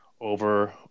over